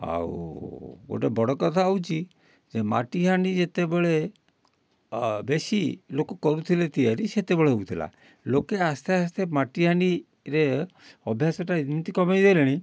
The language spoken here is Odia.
ଆଉ ଗୋଟେ ବଡ କଥା ହେଉଛି ଯେ ମାଟି ହାଣ୍ଡି ଯେତେବେଳେ ବେଶୀ ଲୋକ କରୁଥିଲେ ତିଆରି ସେତେବେଳେ ହେଉଥିଲା ଲୋକେ ଆସ୍ତେ ଆସ୍ତେ ମାଟିହାଣ୍ଡିରେ ଅଭ୍ୟାସଟା ଏମିତି କମେଇ ଦେଲେଣି